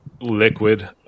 liquid